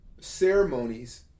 ceremonies